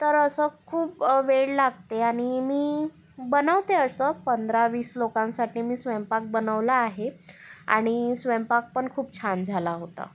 तर असं खूप वेळ लागते आणि मी बनवते असं पंधरा वीस लोकांसाठी मी स्वयंपाक बनवला आहे आणि स्वयंपाक पण खूप छान झाला होता